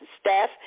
staff